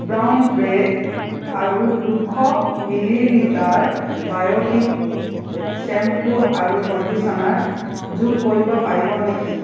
brown bread আৰু দুশ millilitre Biotique shampoo আৰু কণ্ডিচনাৰ যোগ কৰিব পাৰিব নেকি